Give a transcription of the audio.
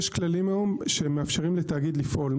יש כללים היום שמאפשרים לתאגיד לפעול.